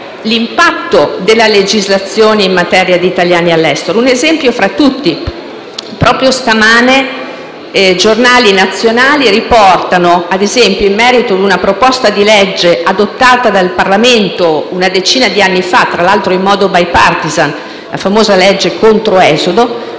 dell'impatto della legislazione in materia di italiani all'estero. Un esempio fra tutti: proprio stamane giornali nazionali riportano, in merito a una proposta di legge adottata dal Parlamento una decina di anni fa, tra l'altro in modo *bipartisan*, la famosa legge Controesodo,